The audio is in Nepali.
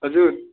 हजुर